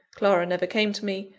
clara never came to me,